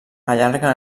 allarga